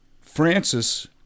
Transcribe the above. Francis